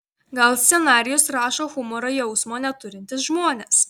gal scenarijus rašo humoro jausmo neturintys žmonės